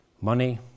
money